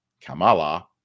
Kamala